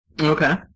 Okay